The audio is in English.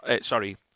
sorry